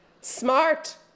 Smart